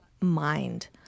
mind